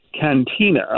cantina